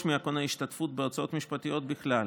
מהקונה השתתפות בהוצאות משפטיות בכלל.